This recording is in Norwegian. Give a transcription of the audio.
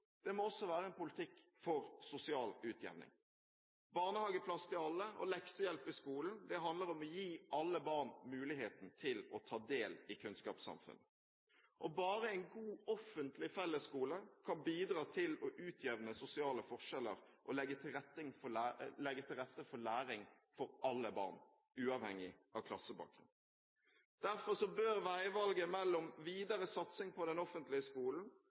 kunnskap må også være en politikk for sosial utjevning. Barnehageplass til alle og leksehjelp i skolen handler om å gi alle barn muligheten til å ta del i kunnskapssamfunnet. Bare en god, offentlig fellesskole kan bidra til å utjevne sosiale forskjeller og legge til rette for læring for alle barn, uavhengig av klassebakgrunn. Derfor bør veivalget mellom videre satsing på den offentlige skolen